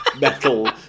metal